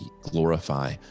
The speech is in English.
glorify